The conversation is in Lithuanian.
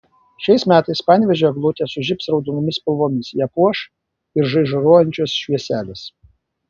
šiais metais panevėžio eglutė sužibs raudonomis spalvomis ją puoš ir žaižaruojančios švieselės